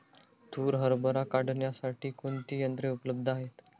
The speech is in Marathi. तूर हरभरा काढण्यासाठी कोणती यंत्रे उपलब्ध आहेत?